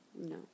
No